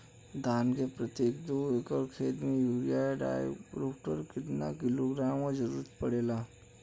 धान के प्रत्येक दो एकड़ खेत मे यूरिया डाईपोटाष कितना किलोग्राम क जरूरत पड़ेला?